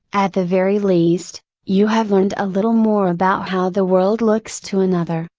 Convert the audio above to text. at the very least, you have learned a little more about how the world looks to another,